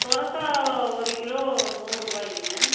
சொரக்காய் ஒரு கிலோ நூறுரூபாய்ங்க